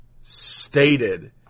stated